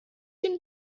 den